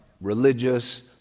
religious